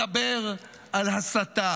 מדבר על הסתה.